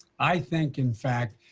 i think, in fact,